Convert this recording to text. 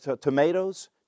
tomatoes